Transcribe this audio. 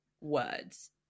words